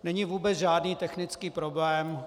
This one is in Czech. Není vůbec žádný technický problém.